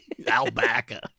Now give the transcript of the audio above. Albaca